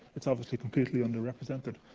it's obviously completely underrepresented.